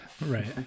Right